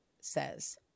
says